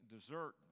dessert